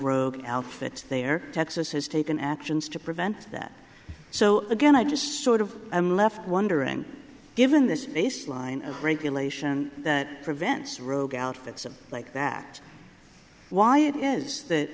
rogue outfit there texas has taken actions to prevent that so again i just sort of i'm left wondering given this baseline of regulation that prevents rogue outfits like that why it is th